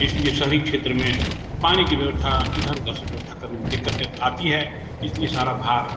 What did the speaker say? इसलिए शहरी क्षेत्र में पानी की व्यवस्था इधर उधर से व्यवस्था करने में दिक्कतें तो आती है इसलिए सारा भार